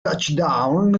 touchdown